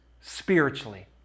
spiritually